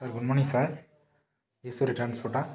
sir good morning sir Eswari டிரான்ஸ்போர்ட்டா